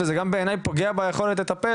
וזה גם פוגע ביכולת לטפל.